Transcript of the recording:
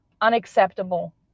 unacceptable